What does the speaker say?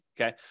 okay